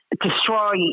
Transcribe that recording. destroy